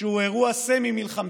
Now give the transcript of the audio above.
שהוא אירוע סמי-מלחמתי,